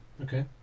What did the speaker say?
Okay